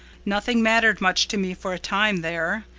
nothing mattered much to me for a time there,